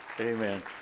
Amen